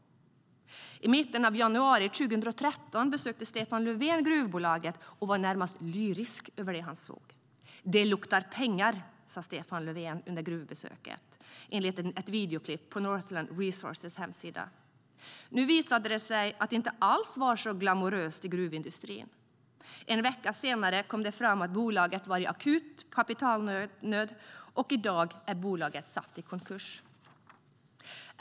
I mitten av januari 2013 besökte Stefan Löfven gruvbolaget och var närmast lyrisk över det han såg. Det luktar pengar, sa Stefan Löfven under gruvbesöket, enligt ett videoklipp på Northland Resources hemsida. Nu visade det sig att det inte alls var så glamoröst i gruvindustrin. En vecka senare kom det fram att bolaget var i akut kapitalnöd, och i dag är bolaget satt i konkurs.